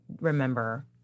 remember